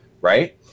right